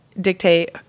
dictate